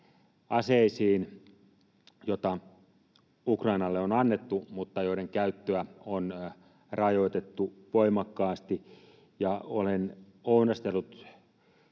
aseisiin, joita Ukrainalle on annettu mutta joiden käyttöä on rajoitettu voimakkaasti. Olen ounastellut,